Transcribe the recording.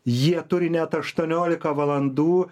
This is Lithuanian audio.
jie turi net aštuoniolika valandų